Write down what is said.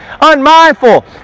unmindful